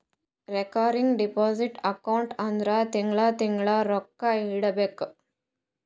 recurring deposit account ಅಂದುರ್ ತಿಂಗಳಾ ತಿಂಗಳಾ ರೊಕ್ಕಾ ಇಡಬೇಕು